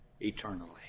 eternally